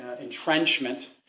entrenchment